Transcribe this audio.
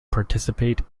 participate